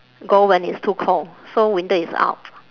go when it's too cold so winter is out